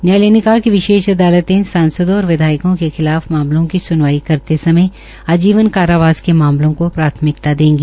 न्यायालय ने कहा कि विशेष अदालते सांसदों और विधायकों के खिलाफ मामलों की सुनवाई करते समय आजीवन कारावास के मामलों को प्राथमिकता देगी